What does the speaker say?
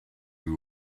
you